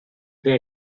they